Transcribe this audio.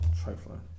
Trifling